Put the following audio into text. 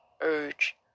urge